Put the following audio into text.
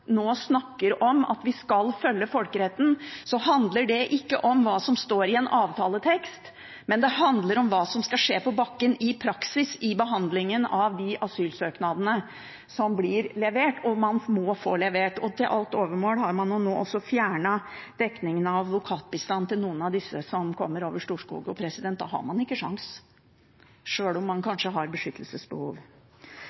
nå snakker om at vi skal følge folkeretten, handler det ikke om hva som står i en avtaletekst, men om hva som skal skje på bakken i praksis i behandlingen av de asylsøknadene som blir levert og man må få levert. Til alt overmål har man nå også fjernet dekningen av advokatbistand til noen av disse som kommer over Storskog. Da har man ikke kjangs, sjøl om man kanskje har beskyttelsesbehov.